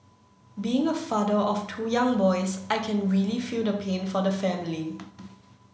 being a father of two young boys I can really feel the pain for the family